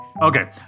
Okay